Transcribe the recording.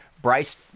Bryce